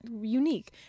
unique